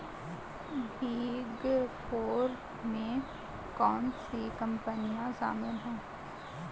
Big four में कौन सी कंपनियाँ शामिल हैं?